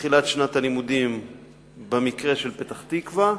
בתחילת שנת הלימודים במקרה של פתח-תקווה,